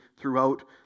throughout